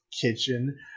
Kitchen